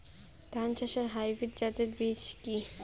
ধান চাষের হাইব্রিড জাতের বীজ কি?